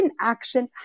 inactions